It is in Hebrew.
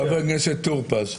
חבר הכנסת טור פז.